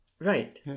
Right